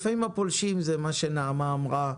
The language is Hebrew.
לפעמים הפולשים, כפי שנעמה אמרה,